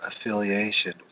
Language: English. affiliation